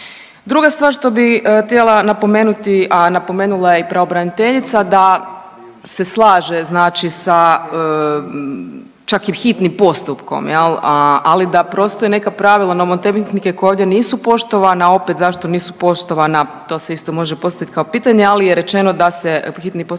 Druga stvar što bih htjela napomenuti, a napomenula je i pravobraniteljica da se slaže znači sa čak i hitnim postupkom, ali da postoje neka pravila nomotehnike koja ovdje nisu poštovana, a opet zašto nisu poštovana to se isto može postavit kao pitanje. Ali je rečeno da se hitni postupak